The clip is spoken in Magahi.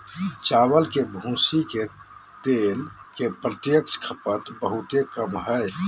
चावल के भूसी के तेल के प्रत्यक्ष खपत बहुते कम हइ